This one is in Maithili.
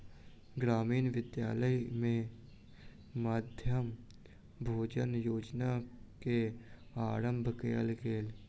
ग्रामीण विद्यालय में मध्याह्न भोजन योजना के आरम्भ कयल गेल